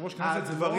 יושב-ראש כנסת זה לא